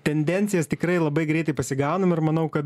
tendencijas tikrai labai greitai pasigaunam ir manau kad